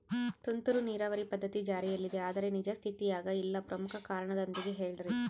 ತುಂತುರು ನೇರಾವರಿ ಪದ್ಧತಿ ಜಾರಿಯಲ್ಲಿದೆ ಆದರೆ ನಿಜ ಸ್ಥಿತಿಯಾಗ ಇಲ್ಲ ಪ್ರಮುಖ ಕಾರಣದೊಂದಿಗೆ ಹೇಳ್ರಿ?